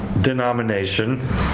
denomination